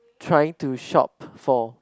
trying to shop for